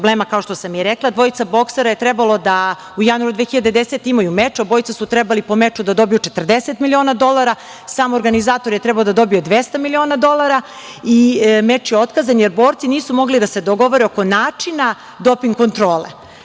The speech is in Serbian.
problema, kao što sam i rekla. Dvojica boksera je trebalo u januaru 2010. godine imaju meč. Obojica su trebali po meču da dobiju 40 miliona dolara. Sam organizator je trebao da dobije 200 miliona dolara.Meč je otkazan jer borci nisu mogli da se dogovore oko načina doping kontrole.